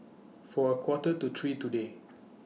For A Quarter to three today